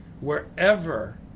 wherever